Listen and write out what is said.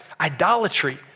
idolatry